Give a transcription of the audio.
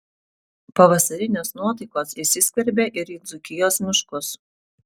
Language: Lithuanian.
pavasarinės nuotaikos įsiskverbė ir į dzūkijos miškus